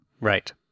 Right